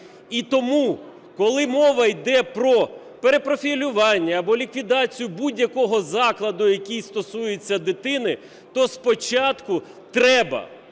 І тому, коли мова йде про перепрофілювання або ліквідацію будь-якого закладу, який стосується дитини, то спочатку треба